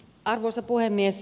arvoisa puhemies